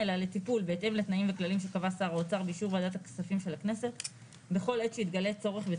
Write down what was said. מטבע הדברים שר האוצר היום או שר האוצר הקודם שהיה ב-2013 הפלה בין